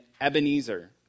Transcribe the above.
Ebenezer